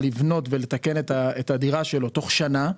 לבנות ולתקן את הדירה תוך שנה.